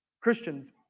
Christians